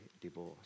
divorce